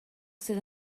sydd